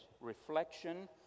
reflection